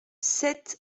sept